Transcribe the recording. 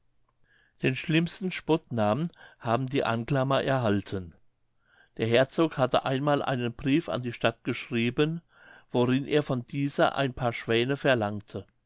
den schlimmsten spottnamen haben die anklamer erhalten der herzog hatte einmal einen brief an die stadt geschrieben worin er von dieser ein paar schwäne verlangte